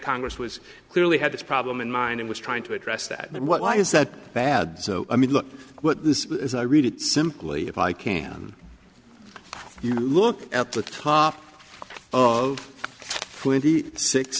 congress was clearly had this problem in mind and was trying to address that and why is that bad so i mean look what this is as i read it simply if i can look at the top of